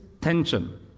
tension